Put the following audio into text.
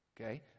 Okay